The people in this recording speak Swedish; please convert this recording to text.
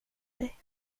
dig